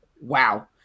wow